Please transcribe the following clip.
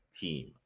team